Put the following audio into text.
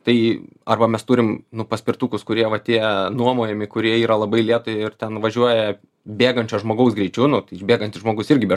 tai arba mes turim nu paspirtukus kurie va tie nuomojami kurie yra labai lėtai ir ten važiuoja bėgančio žmogaus greičiu nu tai bėgantis žmogus irgi be